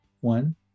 one